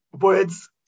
words